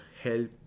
help